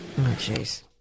jeez